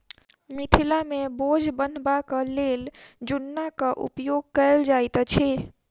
मिथिला मे बोझ बन्हबाक लेल जुन्नाक उपयोग कयल जाइत अछि